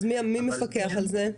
אז מי מפקח על זה?